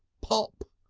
pop!